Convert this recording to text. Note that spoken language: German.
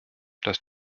dass